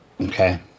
Okay